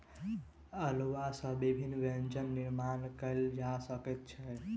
अउलुआ सॅ विभिन्न व्यंजन निर्माण कयल जा सकै छै